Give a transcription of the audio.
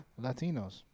Latinos